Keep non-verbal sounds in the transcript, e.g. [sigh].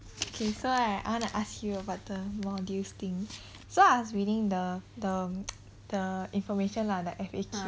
okay so right I want to ask you about the modules thing so I was reading the the [noise] the information lah the F_A_Q